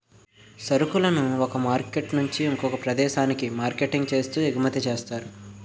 సరుకులను ఒక ప్రదేశం నుంచి ఇంకొక ప్రదేశానికి మార్కెటింగ్ చేస్తూ ఎగుమతి చేస్తారు